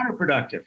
counterproductive